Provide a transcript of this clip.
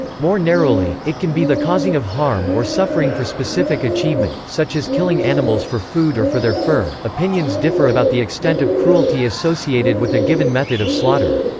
more narrowly, it can be the causing of harm or suffering for specific achievement, such as killing animals for food or for their fur opinions differ about the extent of cruelty associated with a given method of slaughter.